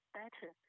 better